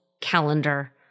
calendar